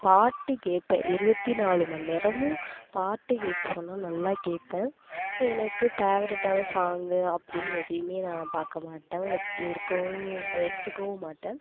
பாட்டு கேட்பேன் இருபத்திநாலு மணி நேரமும் பாட்டு கேட்க சொன்னால் நல்லா கேட்பேன் எனக்கு ஃபேவரட்டான சாங்கு அப்படின்னு எதையுமே நான் பார்க்கமாட்டேன் இருக்கவும் எடுத்துக்கவும் மாட்டேன்